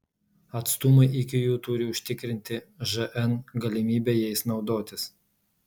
atstumai iki jų turi užtikrinti žn galimybę jais naudotis